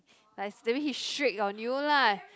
like that means he strict on you lah